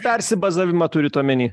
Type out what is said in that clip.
persibazavimą turint omeny